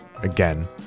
again